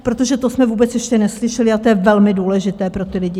Protože to jsme vůbec ještě neslyšeli a to je velmi důležité pro ty lidi.